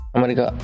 America